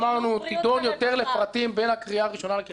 תידון יותר לפרטים בין הקריאה הראשונה לשנייה ושלישית.